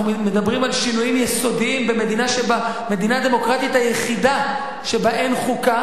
אנחנו מדברים על שינויים יסודיים במדינה הדמוקרטית היחידה שבה אין חוקה